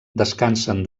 descansen